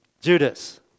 Judas